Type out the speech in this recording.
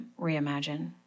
reimagine